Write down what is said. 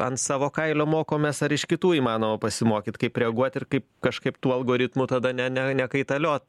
ant savo kailio mokomės ar iš kitų įmanoma pasimokyt kaip reaguot ir kaip kažkaip tų algoritmų tada ne ne nekaitaliot